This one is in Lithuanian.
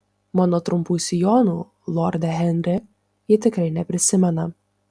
mano trumpų sijonų lorde henri ji tikrai neprisimena